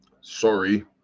sorry